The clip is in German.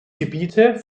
gebiete